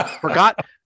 Forgot